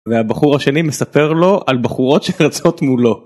והבחור השני מספר לו על בחורות שרצות מולו.